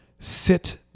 sit